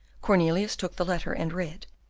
cornelius took the letter, and read,